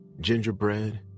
gingerbread